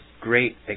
great